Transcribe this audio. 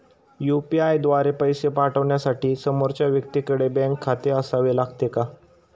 UPI द्वारा पैसे पाठवण्यासाठी समोरच्या व्यक्तीकडे बँक खाते असावे लागते का?